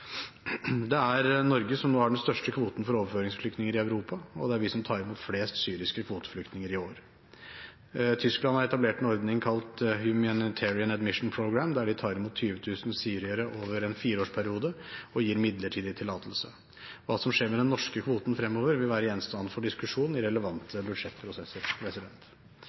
Det er Norge som nå har den største kvoten for overføringsflyktninger i Europa, og det er vi som tar imot flest syriske kvoteflyktninger i år. Tyskland har etablert en ordning kalt Humanitarian Admission Programme, der de tar imot 20 000 syrere over en fireårsperiode og gir midlertidige tillatelser. Hva som skjer med den norske kvoten fremover, vil være gjenstand for diskusjon i relevante budsjettprosesser.